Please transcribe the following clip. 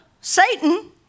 Satan